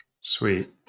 Sweet